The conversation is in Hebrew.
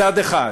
מצד אחד,